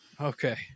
Okay